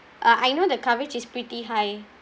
uh I know the coverage is pretty high